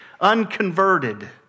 unconverted